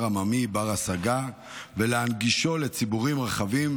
עממי בר-השגה והנגשתו לציבורים רחבים,